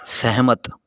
ਸਹਿਮਤ